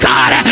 God